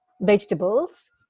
vegetables